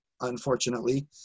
unfortunately